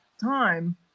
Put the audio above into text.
time